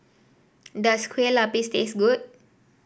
does Kueh Lapis taste good